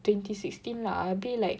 twenty sixteen lah abeh like